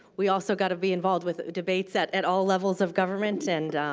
we also got to be involved with debates at at all levels of government and